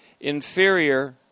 inferior